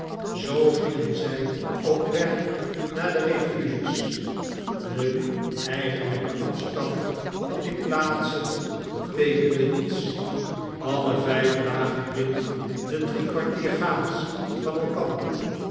zoo gingen zg op weg naar de e e f u g e s de eigenlpe afstand van die plaatsen beteekende niets alle vjf lagen binnendedrie kwartier gaans van elkander